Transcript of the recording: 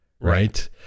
Right